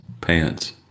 pants